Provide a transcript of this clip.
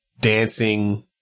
dancing